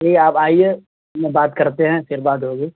ٹھیک ہے آپ آئیے میں بات کرتے ہیں پھر بات ہوگی